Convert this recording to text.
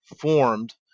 formed